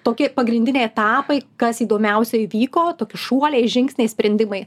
tokie pagrindiniai etapai kas įdomiausia įvyko tokie šuoliai žingsniai sprendimai